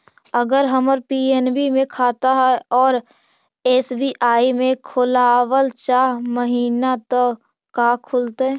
अगर हमर पी.एन.बी मे खाता है और एस.बी.आई में खोलाबल चाह महिना त का खुलतै?